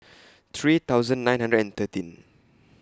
three thousand nine hundred and thirteen